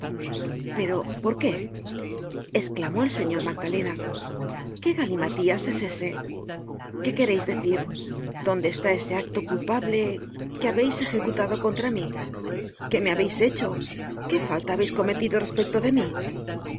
pero por qué esclamó el señor magdalena qué galimatías es ese qué quereis decir dónde está ese acto culpable que habeis ejecutado contra mí qué me habeis hecho qué falta habeis cometido respecto de mí